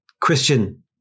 Christian